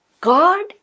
God